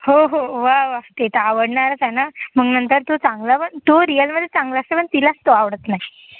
हो हो वावा ते तर आवडणारच हे ना नंतर मग तो चांगला बन तो रिअल मध्ये चांगलाच असतो पण तिलाच तो आवडत नाय